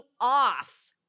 off